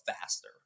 faster